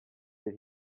did